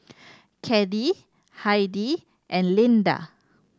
Caddie Heidi and Lynda